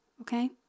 okay